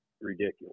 ridiculous